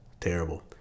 Terrible